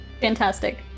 Fantastic